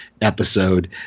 episode